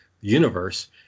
universe